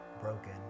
broken